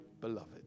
beloved